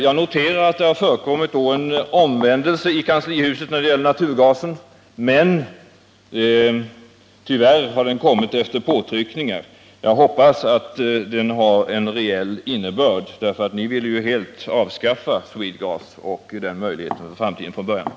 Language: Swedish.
Jag noterar att det har skett en omvändelse i kanslihuset i fråga om naturgasen, men tyvärr har den kommit efter påtryckningar. Jag hoppas att den haren reell innebörd, för från början ville ni ju helt avskaffa Swedegas och den möjlighet som det bolaget erbjuder för framtiden.